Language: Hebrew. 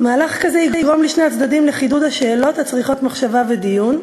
מהלך כזה יגרום לשני הצדדים לחידוד השאלות הצריכות מחשבה ודיון.